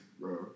Bro